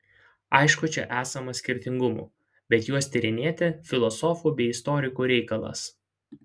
aišku čia esama skirtingumų bet juos tyrinėti filosofų bei istorikų reikalas